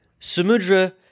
Samudra